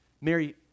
Mary